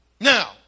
Now